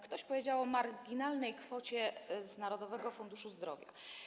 Ktoś powiedział o marginalnej kwocie z Narodowego Funduszu Zdrowia.